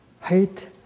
Hate